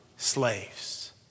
Slaves